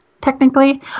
technically